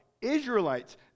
Israelites